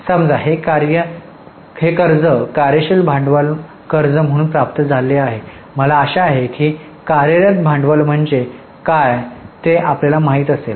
समजा हे कर्ज कार्य शील भांडवल कर्ज म्हणून प्राप्त झाले आहे मला आशा आहे की कार्यरत भांडवल म्हणजे काय ते आपल्याला माहित असेल